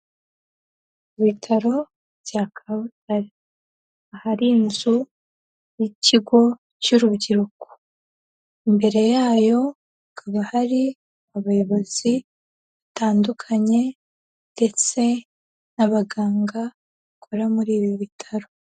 Ibitaro bya Kabutare, ahari inzu y'ikigo cy'urubyiruko, imbere yayo hakaba hari abayobozi batandukanye ndetse n'abaganga bakora muri ibi bitaro.